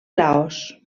laos